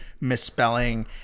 misspelling